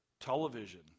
Television